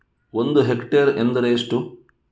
ಒಂದು ಹೆಕ್ಟೇರ್ ಎಂದರೆ ಎಷ್ಟು?